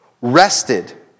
rested